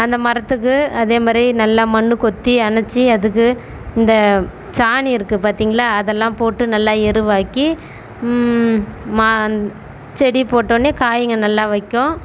அந்த மரத்துக்கு அதே மாதிரி நல்லா மண்ணு கொத்தி அணைச்சி அதுக்கு இந்த சாணி இருக்குது பார்த்திங்களா அதெல்லாம் போட்டு நல்லா எருவாக்கி மா செடி போட்ட உடனே காய்ங்க நல்லா வைக்கும்